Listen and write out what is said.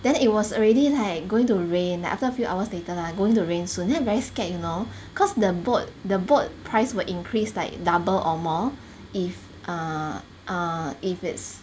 then it was already like going to rain like after a few hours later lah going to rain soon then I'm very scared you know cause the boat the boat price will increase like double or more if err err if it's